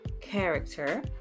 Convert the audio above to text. character